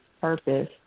purpose